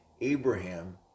Abraham